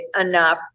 enough